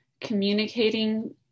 communicating